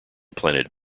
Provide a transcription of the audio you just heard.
planet